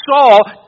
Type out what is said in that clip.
Saul